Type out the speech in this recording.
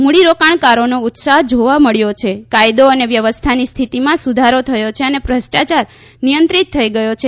મૂડીરોકાણકારોનો ઉત્સાહ જોવા મળ્યો છે કાથદો અને વ્યવસ્થાની સ્થિતિમાં સુધારો થયો છે અને ભુષ્ટાચાર નિયંત્રીત થઇ ગયો છે